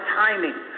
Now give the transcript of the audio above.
timing